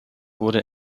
wurde